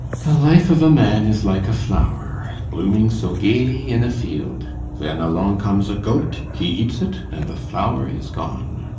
the life of man is like a flower, blooming so gaily in a field. then, along comes a goat, he eats it, and the flower is gone!